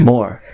More